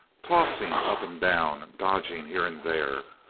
tossing up and down, dodging here and there.